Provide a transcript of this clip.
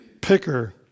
picker